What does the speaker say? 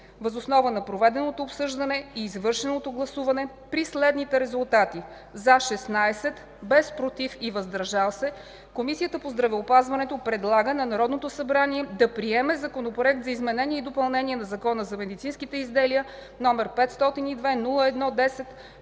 Въз основа на проведеното обсъждане и извършеното гласуване, при следните резултати: „за” – 16, без „против” и „въздържали се”, Комисията по здравеопазването предлага на Народното събрание да приеме Законопроекта за изменение и допълнение на Закона за медицинските изделия, № 502-01-10,